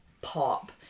pop